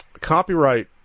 copyright